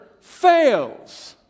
fails